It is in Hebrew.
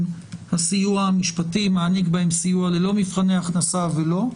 הסיוע המשפטי מעניק בהם סיוע ללא מבחני הכנסה ולא.